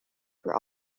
for